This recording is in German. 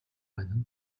einen